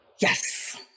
Yes